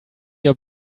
your